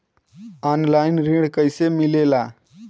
Online ऋण कैसे मिले ला?